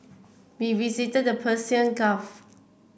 we visited the Persian Gulf